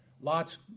Lot's